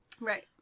Right